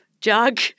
jug